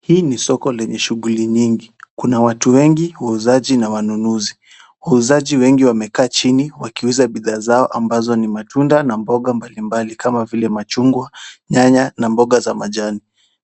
Hii ni soko lenye shughuli nyingi, kuna watu wengi wauzaji na wanunuzi, wauzaji wengi wamekaa chini wakiuza bidhaa zao ambazo ni matunda na mboga mbalimbali kama vile machungwa, nyanya na mboga za majani.